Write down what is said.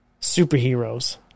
superheroes